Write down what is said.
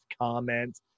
comment